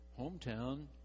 hometown